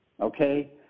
okay